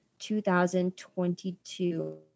2022